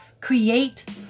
create